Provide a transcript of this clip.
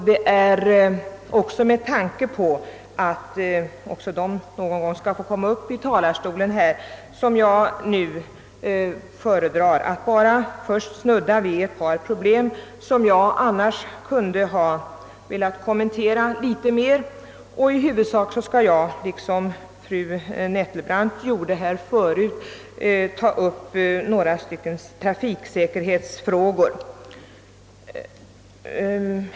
Det är också med tanke på att efterföljande talare någon gång skall få komma upp i talarstolen som jag nu föredrar att först bara snudda vid ett par problem, som jag annars kunde ha velat kommentera litet mer, och därefter i huvudsak, liksom fru Nettelbrandt gjorde ta upp några trafiksäkerhetsfrågor.